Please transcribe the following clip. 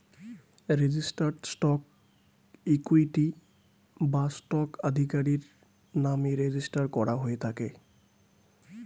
registered stock equity বা stock আধিকারির নামে রেজিস্টার করা থাকে